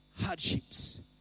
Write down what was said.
hardships